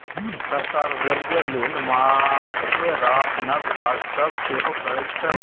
सरकार रेलबे लेल मारिते रास नब काज सब सेहो करैत छै